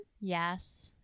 Yes